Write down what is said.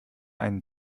einen